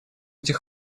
эти